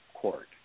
court